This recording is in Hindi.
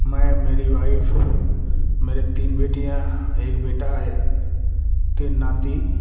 मैं मेरी वाइफ मेरी तीन बेटियाँ एक बेटा तीन नाती